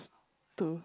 to